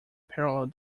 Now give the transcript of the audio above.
parallel